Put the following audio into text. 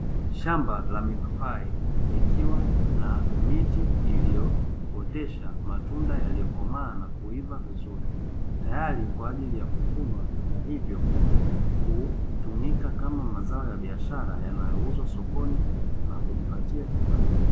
Shamba la mipapai likiwa na miti iliyooteshwa matunda yaliyokomaa na kuivaa vizuri, tayari kwa ajili ya kuvunwa na hivyo kutumika kama mazao ya biashara yanayouzwa sokoni na kujipatia kipato.